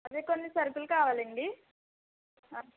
అదే కొన్ని సరుకులు కావాలండి